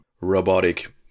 robotic